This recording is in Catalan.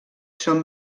són